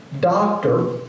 doctor